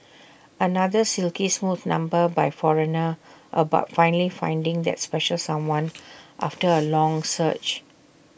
another silky smooth number by foreigner about finally finding that special someone after A long search